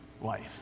life